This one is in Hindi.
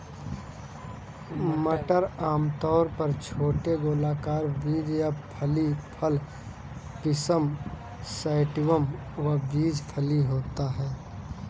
मटर आमतौर पर छोटे गोलाकार बीज या फली फल पिसम सैटिवम का बीज फली होता है